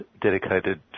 dedicated